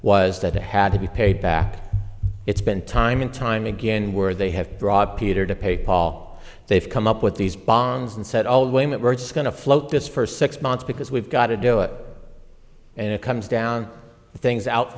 was that it had to be paid back it's been time and time again where they have brought peter to pay paul they've come up with these bonds and said all women we're going to float this for six months because we've got to do it and it comes down things out